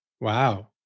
Wow